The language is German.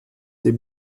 dem